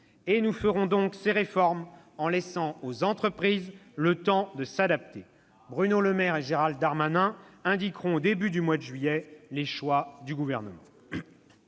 et nous ferons donc ces réformes en laissant aux entreprises le temps de s'adapter. Bruno Le Maire et Gérald Darmanin indiqueront au début du mois de juillet les choix du Gouvernement.